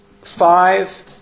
five